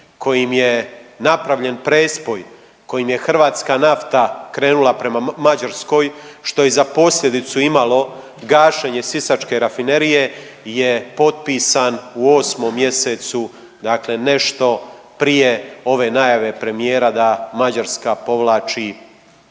kojim je napravljen prespoj kojim je hrvatska nafta krenula prema Mađarskoj što je za posljedicu imalo gašenje Sisačke rafinerije je potpisan u 8 mjesecu, dakle nešto prije ove najave premijera da Mađarska povlači